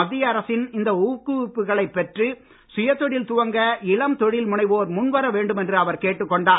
மத்திய அரசின் இந்த ஊக்குவிப்புகளை பெற்று சுயதொழில் துவங்க இளம் தொழில் முனைவோர் முன்வர வேண்டும் என்று அவர் கேட்டுக் கொண்டார்